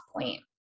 point